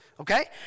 Okay